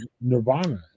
Nirvana